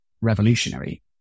revolutionary